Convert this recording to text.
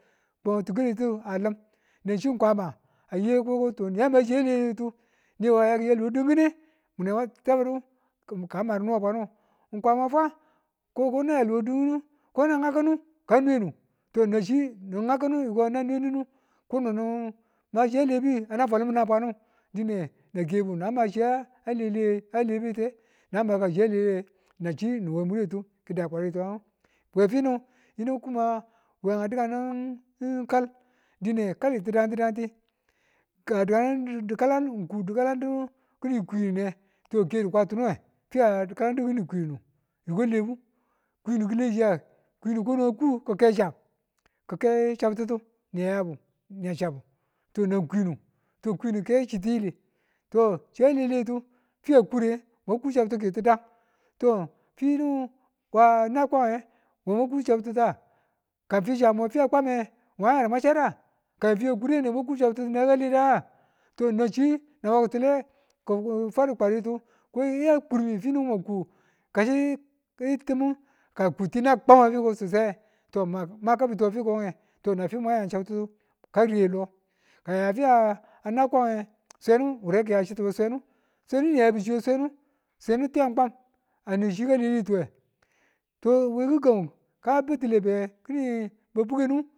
To tikalitu alim na chiya ng kwama ayai ko ko ninam ma chiya leletu niki yalu we dinkine neka tabudu ka marinduwe kwamafa koninan yalku we dinkinu to nga chi ngakinu ka nwenu, ni kono ni nimachiya lebi ana fwal nimantana a bwanu dine na kebu nama chi alebitiye nan maka shiya lele nanchi nin wemure tu ki̱diya kwadenung we finu yinu kuma we a dukanu kal dine kallitu dangtidangti ka kaan dikalan nku di̱kalandung ki̱ni kyimeti ng ti kwatunuwe niko a lebu kumbu ki lechiya? kwimbu kono ku ki̱kai cham ki̱kai chitutu na yabu na chabu to nan kwimbu to kwindu ke chi tiyili to chi a leletu fiya kure mwaku chabtukitu dang to finu bwana kwamewe mweku chantita kamufi chamu we fiya kwame wemwa chadda? ka mufi we kure ne mwa ku chabtu tiyan ngu kaleda? nanchi naba ki̱tule ki fwadi kwadetu koya kurwe fi mwa ku kafin timu ka nku kagi tiniyu a kwam we fiko to makabitu we fiko to nanfi mwan yan chabtitu karilo kamu yafiya na kwame swennu wure ki yachi we swennu swennu yachi swennu swennu tiyen kwam ane chi kaledetuwe to we gi̱gangengu kan battile abe kini ba bukenu